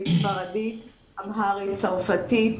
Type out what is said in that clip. ספרדית, אמהרית, צרפתית,